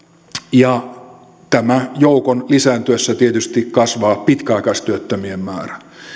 ja tämän joukon lisääntyessä tietysti kasvaa pitkäaikaistyöttömien määrä